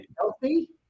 Healthy